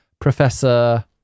Professor